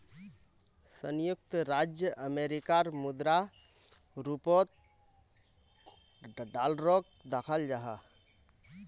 संयुक्त राज्य अमेरिकार मुद्रा रूपोत डॉलरोक दखाल जाहा